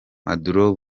maduro